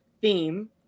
theme